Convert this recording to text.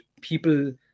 people